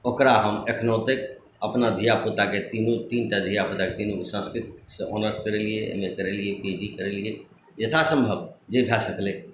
ओकरा हम एखनहु तक अपना धिया पुताके तीनू तीन टा धिया पुताके तीनूके संस्कृतसँ ऑनर्स करेलियै एम ए करेलियै पी जी करैलियै यथासम्भव जे भए सकलै